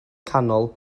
canol